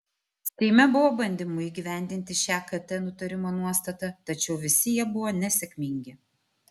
seime buvo bandymų įgyvendinti šią kt nutarimo nuostatą tačiau visi jie buvo nesėkmingi